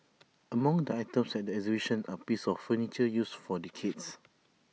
among the items at the exhibition are pieces of furniture used for decades